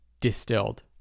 distilled